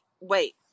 wait